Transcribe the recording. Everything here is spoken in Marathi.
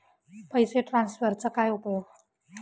पैसे ट्रान्सफरचा काय उपयोग?